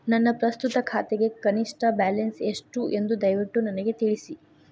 ನನ್ನ ಪ್ರಸ್ತುತ ಖಾತೆಗೆ ಕನಿಷ್ಟ ಬ್ಯಾಲೆನ್ಸ್ ಎಷ್ಟು ಎಂದು ದಯವಿಟ್ಟು ನನಗೆ ತಿಳಿಸಿ